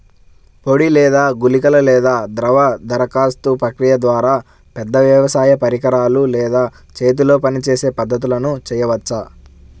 పొడి లేదా గుళికల లేదా ద్రవ దరఖాస్తు ప్రక్రియల ద్వారా, పెద్ద వ్యవసాయ పరికరాలు లేదా చేతితో పనిచేసే పద్ధతులను చేయవచ్చా?